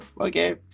okay